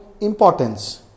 importance